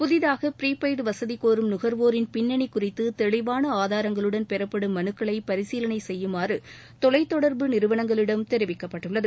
புதிதாக ப்ரீபெய்டு வசதி கோரும் நுக்வோரின் பின்னணி குறித்து தெளிவான ஆதாரங்களுடன் பெறப்படும் மனுக்களை பரிசீலனை செய்யுமாறு தொலைத்தொடர்பு நிறுவனங்களிடம் தெரிவிக்கப்பட்டுள்ளது